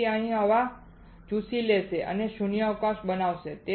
તેથી તે હવાને ચૂસી લેશે અને શૂન્યાવકાશ બનાવશે